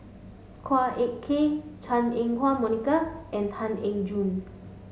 Ek Kay Chua Ah Huwa Monica and Tan Eng Joo